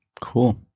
Cool